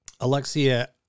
Alexia